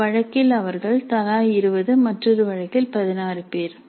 ஒரு வழக்கில் அவர்கள் தலா 20 மற்றொரு வழக்கில் 16 பேர்